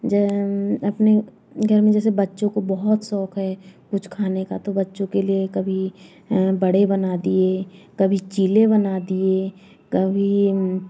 जे अपने घर में जैसे बच्चों को बहुत शौक़ है कुछ खाने का तो बच्चों के लिए कभी वड़े बना दिए कभी चीले बना दिए कभी